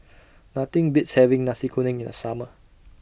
Nothing Beats having Nasi Kuning in The Summer